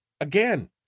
again